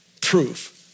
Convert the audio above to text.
proof